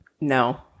no